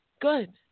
Good